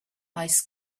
ice